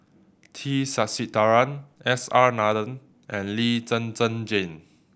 T Sasitharan S R Nathan and Lee Zhen Zhen Jane